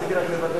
רציתי רק לוודא.